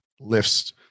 lifts